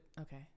okay